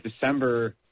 December